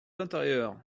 l’intérieur